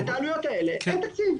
ולעלויות האלה אין תקציב.